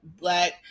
Black